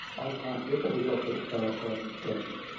i can't get to the doctor to clarify an instruction.